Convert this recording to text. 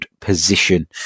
position